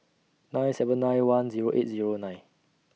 nine seven nine one Zero eight Zero nine